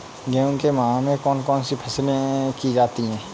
जून के माह में कौन कौन सी फसलें की जाती हैं?